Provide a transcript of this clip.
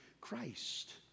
Christ